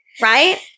right